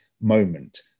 moment